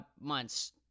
months